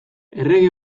errege